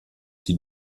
qui